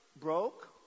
broke